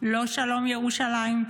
לא לשלום ירושלים.